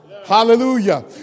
Hallelujah